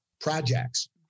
projects